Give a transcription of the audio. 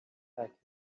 back